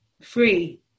free